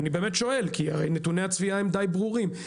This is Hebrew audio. אני באמת שואל כי הרי נתוני הצפייה הם די ברורים,